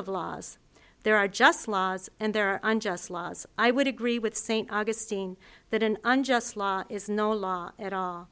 of laws there are just laws and there are unjust laws i would agree with st augustine that an unjust law is no law at all